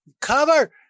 Cover